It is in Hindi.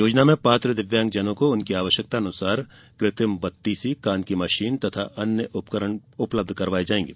योजना में पात्र दिव्यांगजनों को उनकी आवश्यकतानुसार कृत्रिम बत्तीस कान की मशीन तथा अन्य उपकरण उपलब्ध कराये जाएंगे